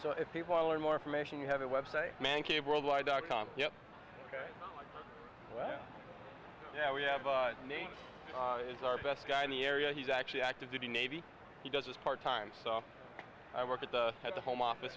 so if people are more information you have a website manky worldwide dot com yep right now we have a name is our best guy in the area he's actually active duty navy he does his part time stuff i work at the at the home office